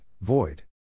void